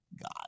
God